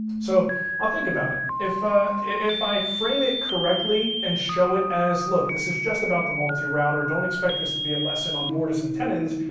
so ah think about it. if i if i frame it correctly, and show it as look, this is just about the multi-router, don't expect this to be a lesson on mortise and tenons,